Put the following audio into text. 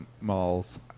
malls